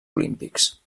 olímpics